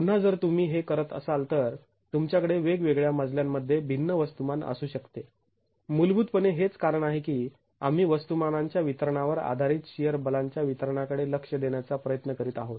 पुन्हा जर तुम्ही हे करत असाल तर तुमच्याकडे वेगवेगळ्या मजल्यांमध्ये भिन्न वस्तुमान असू शकते मूलभूत पणे हेच कारण आहे की आम्ही वस्तुमानांच्या वितरणावर आधारित शिअर बलांच्या वितरणाकडे लक्ष देण्याचा प्रयत्न करीत आहोत